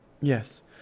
Yes